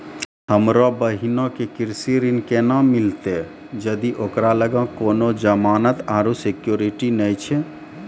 हमरो बहिनो के कृषि ऋण केना मिलतै जदि ओकरा लगां कोनो जमानत आरु सिक्योरिटी नै छै?